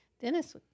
Dennis